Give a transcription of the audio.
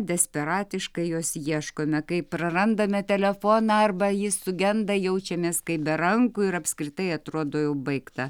desperatiškai jos ieškome kai prarandame telefoną arba jis sugenda jaučiamės kaip be rankų ir apskritai atrodo jau baigta